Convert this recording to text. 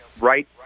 right